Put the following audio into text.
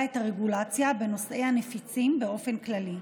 את הרגולציה בנושאי הנפיצים באופן כללי.